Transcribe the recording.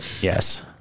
Yes